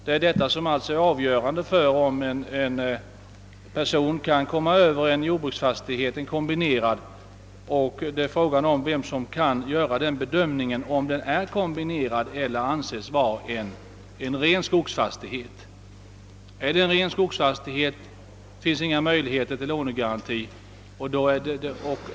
Det är den saken som är avgörande för om en person skäll kunna förvärva en kombinerad jordoch skogsbruksfastighet. Vem skall göra bedömningen av huruvida fastigheten är kombinerad eller om den skall anses vara en ren skogsbruksfastighet? Om det är en ren skogsbruksfastighet föreligger nämligen inga möjligheter att erhålla statlig lånegaranti.